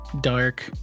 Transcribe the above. dark